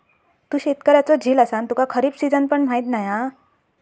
तू शेतकऱ्याचो झील असान तुका खरीप सिजन पण माहीत नाय हा